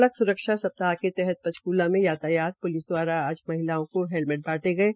सड़क स्रक्षा सप्ताह के तहत पंचक्ला में यातायात पुलिस द्वारा आज महिलाओं को हेलमेट बांटे गये